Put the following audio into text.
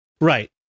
Right